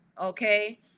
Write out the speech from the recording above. okay